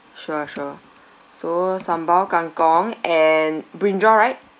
sure sure so sambal kangkung and brinjal right